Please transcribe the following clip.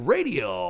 Radio